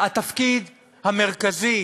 התפקיד המרכזי